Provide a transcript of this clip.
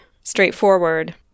straightforward